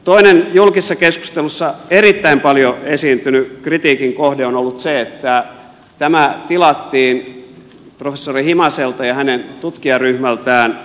toinen julkisessa keskustelussa erittäin paljon esiintynyt kritiikin kohde on ollut se että tämä tilattiin professori himaselta ja hänen tutkijaryhmältään kilpailuttamatta